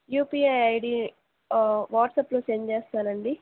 UPI ID వాట్సప్లో send చేస్తానండి